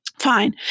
fine